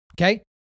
okay